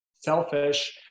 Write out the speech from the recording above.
selfish